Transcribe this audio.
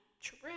true